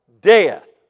Death